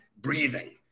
breathing